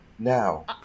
Now